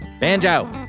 Banjo